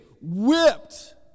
whipped